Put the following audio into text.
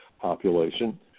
population